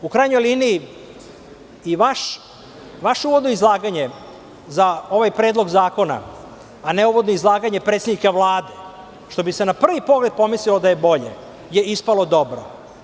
U krajnjoj liniji i vaše uvodno izlaganje za ovaj predlog zakona, a ne ovo da izlaganje predsednika Vlade, što bi se na prvi pogled pomislilo da je bolje, je ispalo dobro.